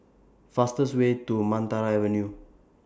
fastest Way to Maranta Avenue